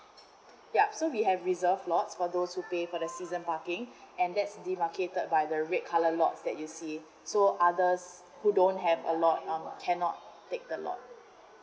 yup so we have reserved lots for those who pays for the season parking and that's the demarcated by the red colour lots that you see so others who don't have a lot um cannot take the lot